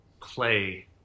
play